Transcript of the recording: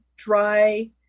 dry